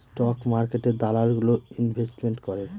stock মার্কেটে দালাল গুলো ইনভেস্টমেন্ট করে